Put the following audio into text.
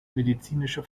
medizinische